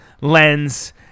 lens